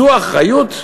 זו אחריות?